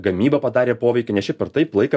gamyba padarė poveikį nes šiaip ar taip laiką